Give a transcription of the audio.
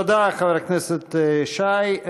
תודה, חבר הכנסת שי.